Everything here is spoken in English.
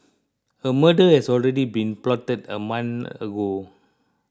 a murder had already been plotted a month ago